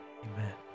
amen